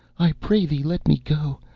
i pray thee let me go,